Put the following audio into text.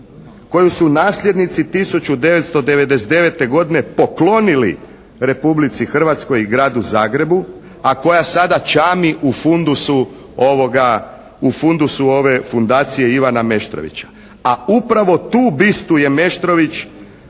koju su nasljednici 1999. godine poklonili Republici Hrvatskoj i Gradu Zagrebu a koja sada čami u fundusu ove fundacije Ivana Meštrovića, a upravo tu bistu je Meštrović